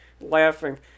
laughing